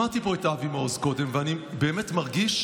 שמעתי פה את אבי מעוז קודם, ואני באמת מרגיש